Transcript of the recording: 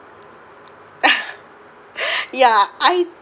ya I